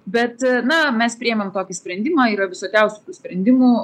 bet na mes priėmėm tokį sprendimą yra visokiausių sprendimų